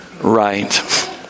right